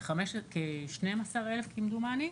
כ-12,000 כמדומני.